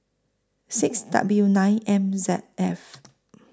six W nine M Z F